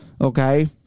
Okay